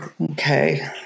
Okay